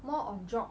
more of job